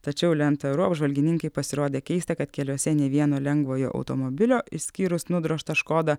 tačiau lenta ru apžvalgininkei pasirodė keista kad keliuose nei vieno lengvojo automobilio išskyrus nudrožtą škodą